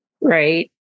right